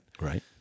Right